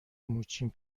موچین